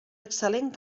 excel·lent